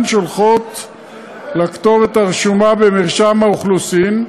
שולחות לכתובת הרשומה במרשם האוכלוסין,